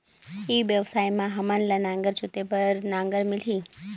ई व्यवसाय मां हामन ला नागर जोते बार नागर मिलही?